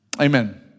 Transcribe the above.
Amen